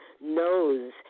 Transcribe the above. knows